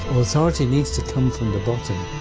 authority needs to come from the bottom,